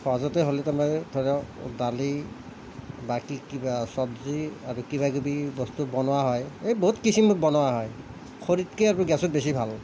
সহজতে হ'লে তাৰমানে ধৰক দালি বাকী কিবা চব্জি আৰু কিবা কিবি বস্তু বনোৱা হয় এই বহুত কিচিমত বনোৱা হয় খৰিতকৈ আপুনি গেছত বেছি ভাল